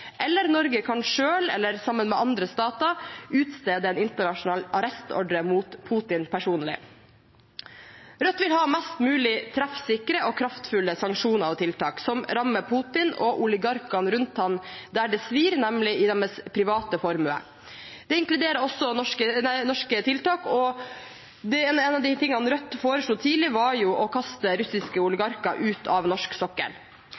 Norge kan selv eller sammen med andre stater utstede en internasjonal arrestordre mot Putin personlig. Rødt vil ha mest mulig treffsikre og kraftfulle sanksjoner og tiltak som rammer Putin og oligarkene rundt ham der det svir, nemlig i deres private formue. Det inkluderer også norske tiltak. En av de tingene Rødt foreslo tidlig, var å kaste russiske oligarker ut av norsk sokkel.